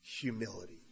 humility